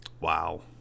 Wow